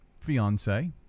Fiance